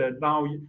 now